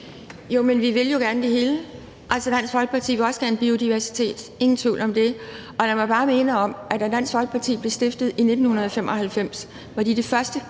Jo, men vi vil jo gerne det hele. Altså, Dansk Folkeparti vil også gerne biodiversitet, ingen tvivl om det. Og lad mig bare minde om, at da Dansk Folkeparti blev stiftet i 1995, var vi det første